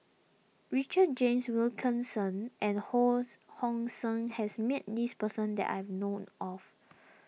Richard James Wilkinson and Hos Hong Sing has met this person that I know of